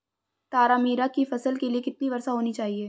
तारामीरा की फसल के लिए कितनी वर्षा होनी चाहिए?